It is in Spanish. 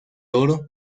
oro